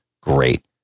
great